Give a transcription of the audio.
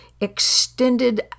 extended